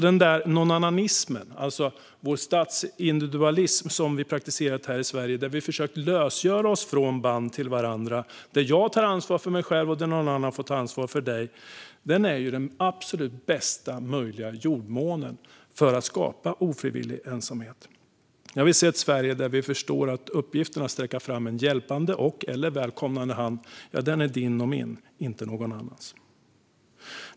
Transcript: Den där nånannanismen, det vill säga vår statsindividualism som vi har praktiserat här i Sverige och där vi har försökt lösgöra oss från band till varandra - jag tar ansvar för mig själv och någon annan får ta ansvar för dig - är den absolut bästa möjliga jordmånen för ofrivillig ensamhet. Jag vill se ett Sverige där vi förstår att uppgiften att sträcka fram en hjälpande och/eller välkomnande hand är din och min, inte någon annans.